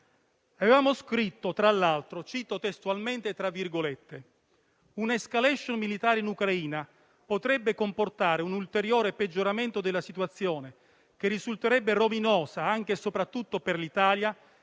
Avevamo scritto, tra l'altro, e cito testualmente: «(…) un'*escalation* militare in Ucraina potrebbe comportare un ulteriore peggioramento della situazione, che risulterebbe rovinosa anche e soprattutto per l'Italia,